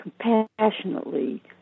compassionately